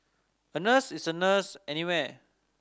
a nurse is a nurse anywhere